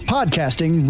Podcasting